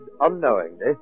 unknowingly